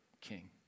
king